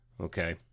Okay